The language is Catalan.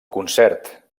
concert